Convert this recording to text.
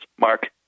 Mark